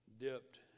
dipped